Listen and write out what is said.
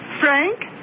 Frank